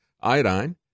iodine